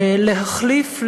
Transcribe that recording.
להחליף,